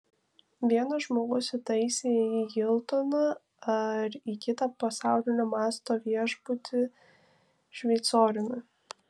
vienas žmogus įtaisė jį į hiltoną ar į kitą pasaulinio masto viešbutį šveicoriumi